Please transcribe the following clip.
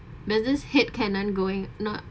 there's a hate canon going not